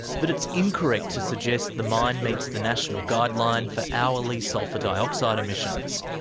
but it's incorrect to suggest the mine meets the national guideline for hourly sulphur dioxide emissions.